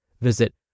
Visit